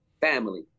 family